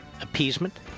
appeasement